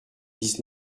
dix